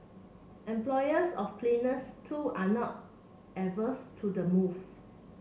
employers of cleaners too are not averse to the move